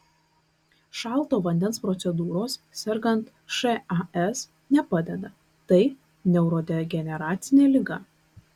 šalto vandens procedūros sergant šas nepadeda tai neurodegeneracinė liga